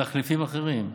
תחליפים אחרים,